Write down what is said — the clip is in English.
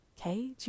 Okay